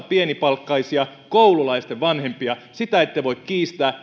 pienipalkkaisia koululaisten vanhempia sitä ette voi kiistää